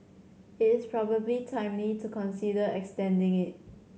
it is probably timely to consider extending it